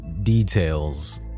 details